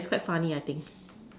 but it's quite funny I think